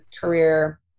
career